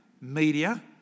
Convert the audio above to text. Media